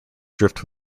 drift